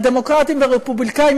על דמוקרטים ורפובליקנים,